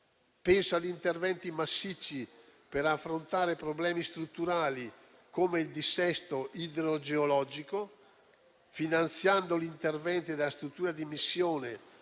Penso agli interventi massicci per affrontare problemi strutturali come il dissesto idrogeologico, finanziando gli interventi della struttura di missione